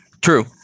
True